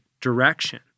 direction